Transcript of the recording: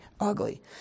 ugly